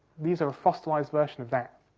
these are a fossilised version of that.